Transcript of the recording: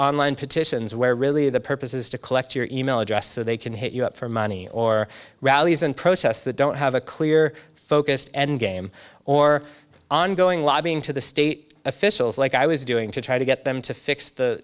petitions where really the purpose is to collect your email address so they can hit you up for money or rallies and protests that don't have a clear focused endgame or ongoing lobbying to the state officials like i was doing to try to get them to fix the